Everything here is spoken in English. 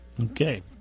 Okay